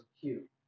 cute